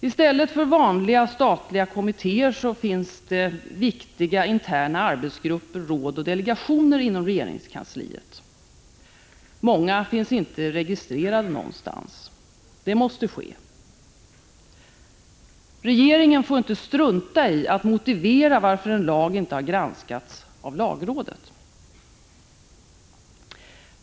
I stället för vanliga statliga kommittér finns det viktiga interna arbetsgrupper, råd och delegationer inom regeringskansliet. Många av dem finns inte registrerade någonstans. Detta måste ske. Regeringen får inte strunta i att motivera varför en lag inte har granskats av lagrådet.